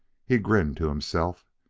he grinned to himself,